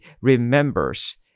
remembers